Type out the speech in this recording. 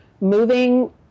moving